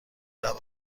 روم